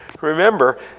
Remember